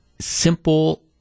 simple